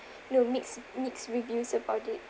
known mixed mixed reviews about it